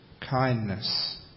Kindness